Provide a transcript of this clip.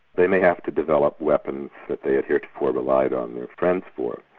they may have to develop weapons that they had heretofore relied on friends for.